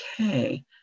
Okay